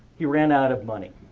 he ran out of money.